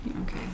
Okay